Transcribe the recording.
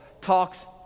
talks